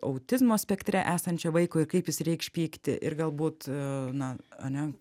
autizmo spektre esančio vaiko ir kaip jis reikš pyktį ir galbūt na ane